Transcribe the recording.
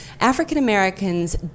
African-Americans